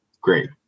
great